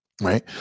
right